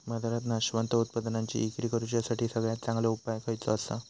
बाजारात नाशवंत उत्पादनांची इक्री करुच्यासाठी सगळ्यात चांगलो उपाय खयचो आसा?